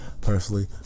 personally